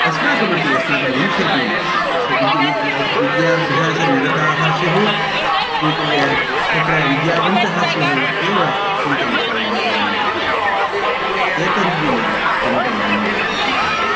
अस्माकमपि अस्माकं विष्येपि सविद्य विद्याभ्यासनिरताः स्युः तत्र विद्यावन्तः स्युः इत्येव चिन्तयित्वा विद्यादानङ्कृतम् एतद्विना किमपि नान्यद्वक्तुम् इच्छामि